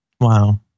Wow